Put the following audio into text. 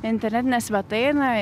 internetinę svetainę